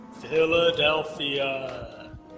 Philadelphia